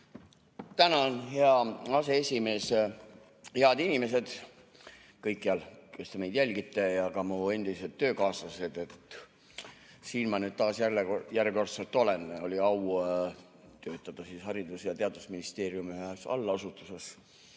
Tänan, hea aseesimees! Head inimesed kõikjal, kes te meid jälgite, ja ka mu endised töökaaslased! Siin ma nüüd taas järjekordselt olen. Mul oli au töötada Haridus- ja Teadusministeeriumi ühes allasutuses,